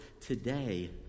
today